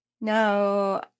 now